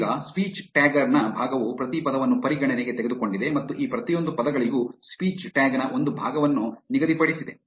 ಈಗ speech tagger ನ ಭಾಗವು ಪ್ರತಿ ಪದವನ್ನು ಪರಿಗಣನೆಗೆ ತೆಗೆದುಕೊಂಡಿದೆ ಮತ್ತು ಈ ಪ್ರತಿಯೊಂದು ಪದಗಳಿಗೂ ಸ್ಪೀಚ್ ಟ್ಯಾಗ್ ನ ಒಂದು ಭಾಗವನ್ನು ನಿಗದಿಪಡಿಸಿದೆ